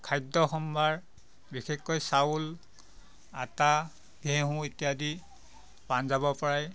খাদ্য সম্ভাৰ বিশেষকৈ চাউল আটা ঘেঁহু ইত্যাদি পঞ্জাবৰ পৰাই